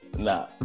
Nah